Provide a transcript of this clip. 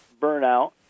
burnout